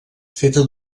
feta